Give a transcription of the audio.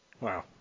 Wow